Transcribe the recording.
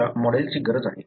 आपल्याला मॉडेल्सची गरज आहे